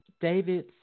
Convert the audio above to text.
David